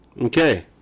Okay